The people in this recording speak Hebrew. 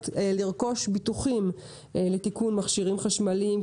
לרכוש ביטוחים לתיקון מכשירים חשמליים,